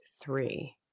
three